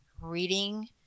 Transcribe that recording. reading